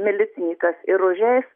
milicininkas ir užeis